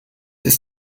ist